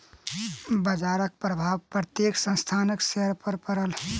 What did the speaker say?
बजारक प्रभाव प्रत्येक संस्थानक शेयर पर पड़ल